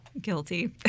Guilty